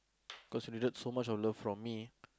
cause you needed so much of love from me